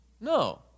No